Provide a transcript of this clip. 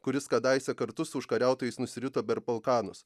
kuris kadaise kartu su užkariautojais nusirito per balkanus